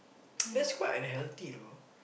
that's quite unhealthy though